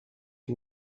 lui